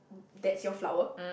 that's your flower